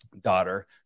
daughter